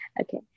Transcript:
Okay